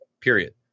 period